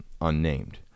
unnamed